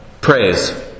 praise